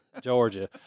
Georgia